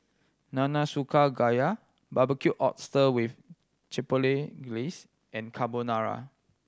Nanakusa Gayu Barbecued Oyster with Chipotle Glaze and Carbonara